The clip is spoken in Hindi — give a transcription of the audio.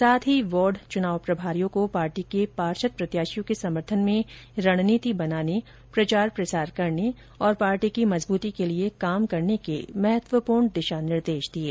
साथ ही वार्ड चुनाव प्रभारियों को पार्टी के पार्षद प्रत्याशियों के समर्थन में रणनीति बनाने प्रचार प्रसार करने और पार्टी की मजबूती के लिये काम करने के महत्वपूर्ण दिशा निर्देश दिये